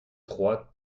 trois